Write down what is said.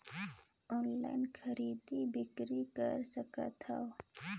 Online खरीदी बिक्री कर सकथव?